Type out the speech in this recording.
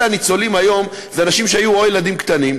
אלה הניצולים היום הם אנשים שהיו או ילדים קטנים,